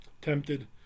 tempted